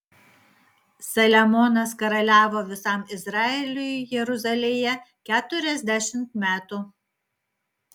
saliamonas karaliavo visam izraeliui jeruzalėje keturiasdešimt metų